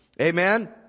Amen